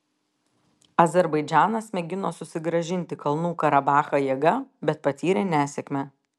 azerbaidžanas mėgino susigrąžinti kalnų karabachą jėga bet patyrė nesėkmę